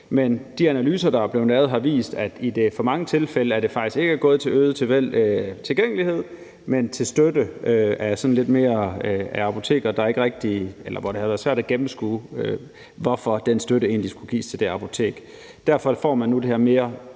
Men de analyser, der er blevet lavet, har vist, at i for mange tilfælde er det faktisk ikke gået til øget tilgængelighed, men sådan lidt mere til støtte af apoteker, og der har det været svært at gennemskue, hvorfor den støtte egentlig skulle gives til de apoteker. Derfor får man nu det her mere